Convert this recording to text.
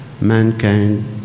mankind